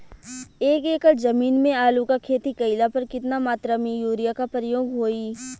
एक एकड़ जमीन में आलू क खेती कइला पर कितना मात्रा में यूरिया क प्रयोग होई?